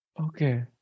Okay